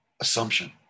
assumption